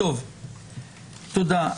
תודה.